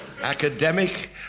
Academic